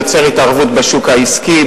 יוצר התערבות בשוק העסקי,